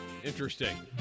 Interesting